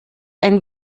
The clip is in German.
ein